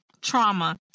trauma